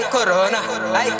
Corona